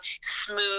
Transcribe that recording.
smooth